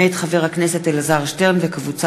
מאת חברי הכנסת איציק שמולי,